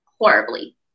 horribly